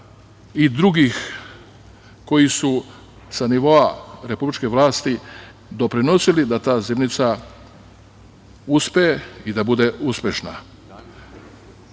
i drugih koji su sa nivoa republičke vlasti doprinosili da ta zimnica uspe i da bude uspešna. Naravno,